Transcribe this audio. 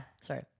Sorry